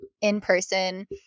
in-person